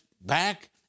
back